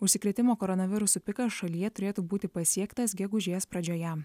užsikrėtimo koronavirusu pikas šalyje turėtų būti pasiektas gegužės pradžioje